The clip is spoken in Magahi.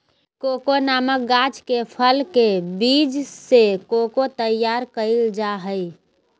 कोको नामक गाछ के फल के बीज से कोको तैयार कइल जा हइ